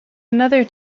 another